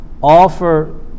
offer